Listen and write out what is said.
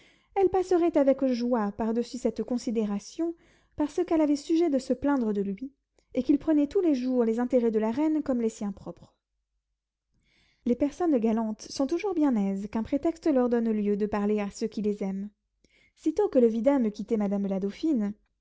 elle passerait avec joie par-dessus cette considération parce qu'elle avait sujet de se plaindre de lui et qu'il prenait tous les jours les intérêts de la reine contre les siens propres les personnes galantes sont toujours bien aises qu'un prétexte leur donne lieu de parler à ceux qui les aiment sitôt que le vidame eut quitté madame la dauphine